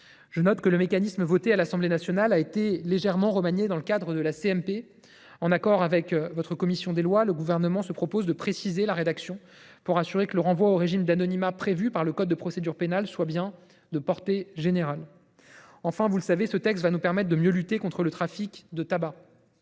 Je note que le mécanisme voté à l’Assemblée nationale a été légèrement remanié dans le cadre de la commission mixte paritaire. En accord avec votre commission des lois, le Gouvernement propose de préciser la rédaction pour assurer que le renvoi au régime d’anonymat prévu par le code de procédure pénale soit bien de portée générale. Enfin, vous le savez, ce texte nous permettra de mieux lutter contre le trafic de tabac.